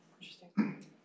Interesting